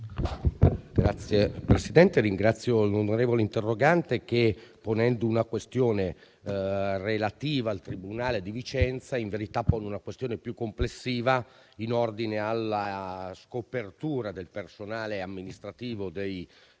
Signor Presidente, ringrazio l'onorevole interrogante che, ponendo una questione relativa al tribunale di Vicenza, in verità ne pone una più complessiva in ordine alla scopertura del personale amministrativo e delle